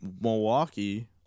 Milwaukee